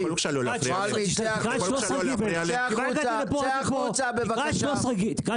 צא החוצה בבקשה.